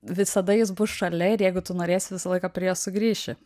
visada jis bus šalia ir jeigu tu norėsi visą laiką prie jo sugrįši